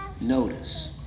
notice